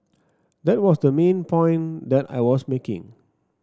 that was the main point that I was making